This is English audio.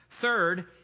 Third